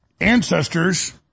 ancestors